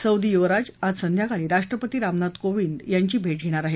Saudi युवराज आज संध्याकाळी राष्ट्रपती रामनाथ कोविंद यांची भेट घेणार आहेत